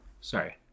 Sorry